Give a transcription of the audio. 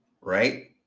Right